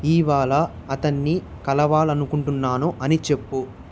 ఇవాళ అతన్ని కలవాలనుకుంటున్నాను అని చెప్పు